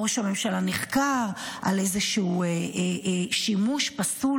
ראש הממשלה נחקר על איזשהו שימוש פסול